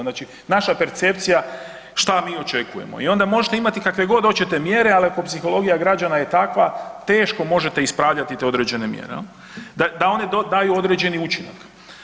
Znači naša percepcija šta mi očekujemo i onda možete imati kakve god oćete mjere, ali ako psihologija građana je takva teško možete ispravljati te određene mjere, jel, da one daju određeni učinak.